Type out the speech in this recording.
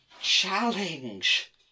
challenge